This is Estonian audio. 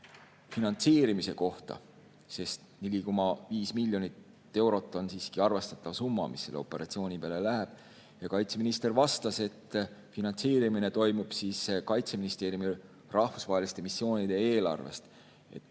finantseerimise kohta, sest 4,5 miljoni eurot on siiski arvestatav summa, mis selle operatsiooni peale läheb. Ja kaitseminister vastas, et finantseerimine toimub Kaitseministeeriumi rahvusvaheliste missioonide eelarvest. See